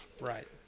Right